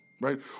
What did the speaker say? right